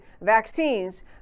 vaccines